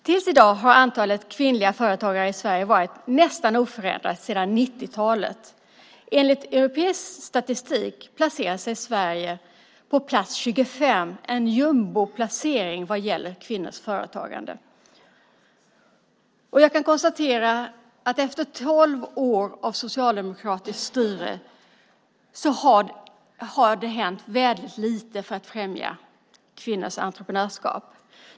Tills i dag har antalet kvinnliga företagare i Sverige varit nästan oförändrat sedan 90-talet. Enligt europeisk statistik placerar sig Sverige på plats 25, en jumboplacering vad gäller kvinnors företagande. Jag kan konstatera att efter tolv år av socialdemokratiskt styre har det hänt väldigt lite för att främja kvinnors entreprenörskap.